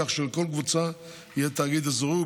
כך שלכל קבוצה יהיה תאגיד אזורי,